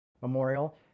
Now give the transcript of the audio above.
memorial